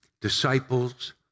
Disciples